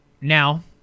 Now